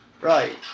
Right